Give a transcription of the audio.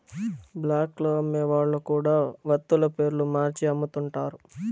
black లో అమ్మే వాళ్ళు కూడా వత్తుల పేర్లు మార్చి అమ్ముతుంటారు